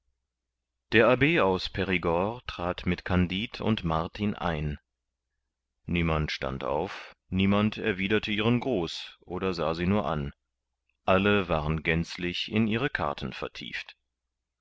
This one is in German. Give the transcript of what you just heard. der abb aus perigord trat mit kandid und martin ein niemand stand auf niemand erwiderte ihren gruß oder sah sie nur an alle waren gänzlich in ihre karten vertieft